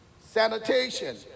sanitation